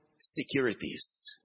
securities